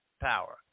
power